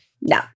No